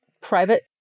private